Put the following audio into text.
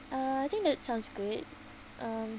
uh I think that sounds good um